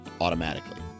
automatically